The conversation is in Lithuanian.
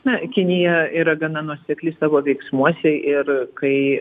na kinija yra gana nuosekli savo veiksmuos ir kai